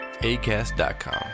ACAST.com